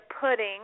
pudding